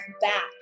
back